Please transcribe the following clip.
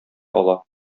ала